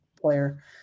player